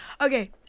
Okay